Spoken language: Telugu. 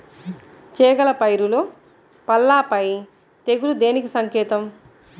చేగల పైరులో పల్లాపై తెగులు దేనికి సంకేతం?